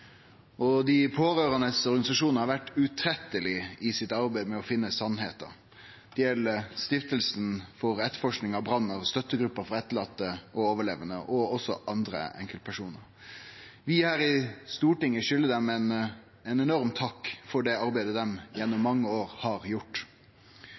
dei pårørande har vore utrøyttelege i arbeidet med å finne sanninga. Det gjeld stiftinga for etterforsking av brannen, Støttegruppa for dei etterlatne og overlevande og også andre enkeltpersonar. Vi her i Stortinget skuldar dei ein enorm takk for det arbeidet dei gjennom